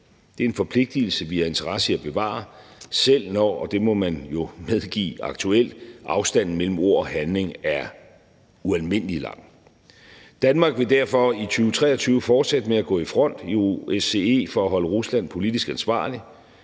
Det er en forpligtigelse, vi har en interesse i at bevare, selv når – og det må man jo aktuelt medgive – afstanden mellem ord og handling er ualmindelig lang. Danmark vil derfor i 2023 fortsætte med at gå i front i OSCE for at holde Rusland politisk ansvarlig